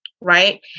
Right